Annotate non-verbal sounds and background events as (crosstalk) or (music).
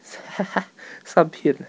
(laughs) 三片啊